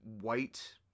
white